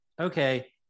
okay